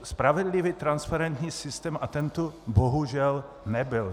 Spravedlivý transparentní systém, a ten tu bohužel nebyl.